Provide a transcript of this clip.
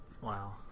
Wow